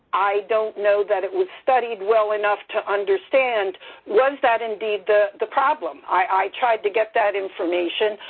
i don't know that it was studied well enough to understand was that indeed the the problem? i tried to get that information.